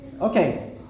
Okay